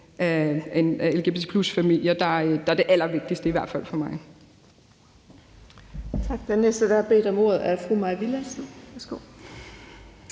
af lgbt+-familier, der er det allervigtigste, i hvert fald for mig.